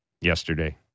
yesterday